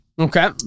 Okay